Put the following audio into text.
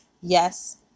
Yes